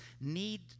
need